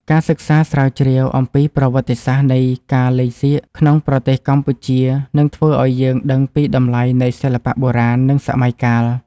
ការសិក្សាស្រាវជ្រាវអំពីប្រវត្តិនៃការលេងសៀកក្នុងប្រទេសកម្ពុជានឹងធ្វើឱ្យយើងដឹងពីតម្លៃនៃសិល្បៈបុរាណ និង សម័យកាល។